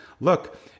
look